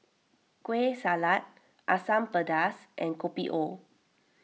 Kueh Salat Asam Pedas and Kopi O